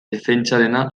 defentsarena